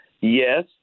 Yes